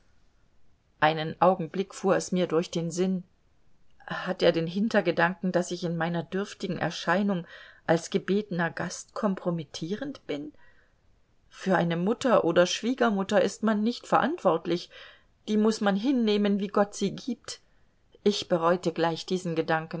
einen augenblick fuhr es mir durch den sinn hat er den hintergedanken daß ich in meiner dürftigen erscheinung als gebetener gast kompromittierend bin für eine mutter oder schwiegermutter ist man nicht verantwortlich die muß man hinnehmen wie gott sie gibt ich bereute gleich diesen gedanken